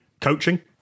Coaching